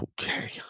Okay